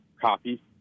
copy